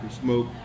smoke